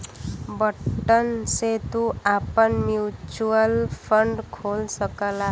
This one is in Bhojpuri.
बटन से तू आपन म्युचुअल फ़ंड खोल सकला